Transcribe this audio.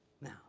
Now